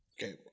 Okay